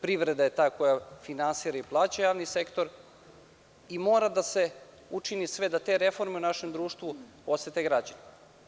Privreda je ta koja finansira i plaća javni sektor i mora da se učini sve da te reforme u našem društvu osete građani.